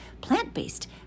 Plant-based